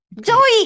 Joey